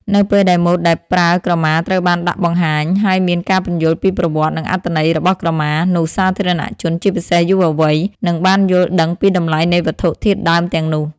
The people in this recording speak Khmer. នៅពេលដែលម៉ូដដែលប្រើក្រមាត្រូវបានដាក់បង្ហាញ ហើយមានការពន្យល់ពីប្រវត្តិ និងអត្ថន័យរបស់ក្រមា នោះសាធារណជន ជាពិសេសយុវវ័យ នឹងបានយល់ដឹងពីតម្លៃនៃវត្ថុធាតុដើមទាំងនោះ។